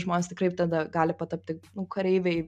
žmonės tikrai tada gali patapti nu kareiviai